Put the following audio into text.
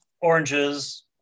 oranges